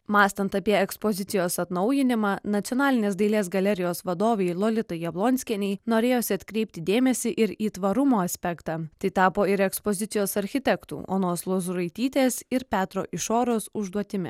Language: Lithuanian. mąstant apie ekspozicijos atnaujinimą nacionalinės dailės galerijos vadovei lolitai jablonskienei norėjosi atkreipti dėmesį ir į tvarumo aspektą tai tapo ir ekspozicijos architektų onos lozuraitytės ir petro išoros užduotimi